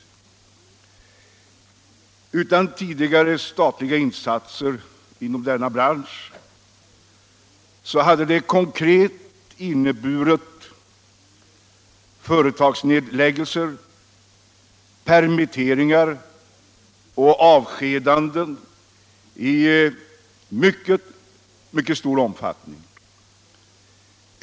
Utan statliga insatser inom denna bransch hade det blivit företagsnedläggelser, permitteringar och avskedanden i mycket stor omfattning.